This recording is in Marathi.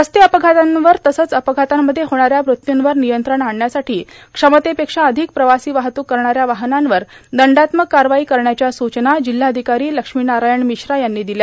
रस्ते अपघातांवर तसंच अपघातांमध्ये होणाऱ्या मृत्युंवर नियंत्रण आणण्यासाठी क्षमतेपेक्षा अर्धिक प्रवासी वाहतूक करणाऱ्या वाहनांवर दंडात्मक कारवाई करण्याच्या सूचना जिल्हाधिकारी लक्ष्मीनारायण प्रमश्रा यांनी दिल्या